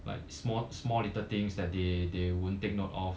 but small small little things that they they wouldn't take note of